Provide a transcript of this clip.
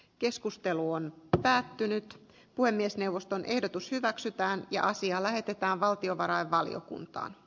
keskustelu on päättynyt puhemiesneuvoston ehdotus hyväksytään ja asia lähetetään valtiovarainvaliokuntaan